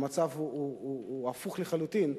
המצב הוא הפוך לחלוטין.